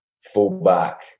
fullback